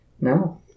No